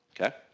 Okay